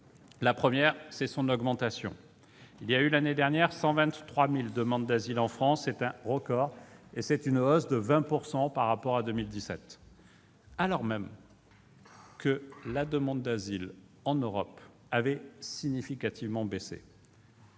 La première, c'est son augmentation. Il y a eu, l'année dernière, 123 000 demandes d'asile en France : c'est un record, et cela représente une hausse de 20 % par rapport à 2017, alors même que la demande d'asile en Europe a significativement baissé.